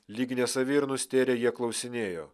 lyg nesavi ir nustėrę jie klausinėjo